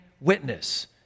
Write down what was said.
witness